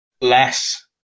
less